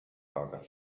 lager